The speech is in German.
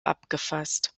abgefasst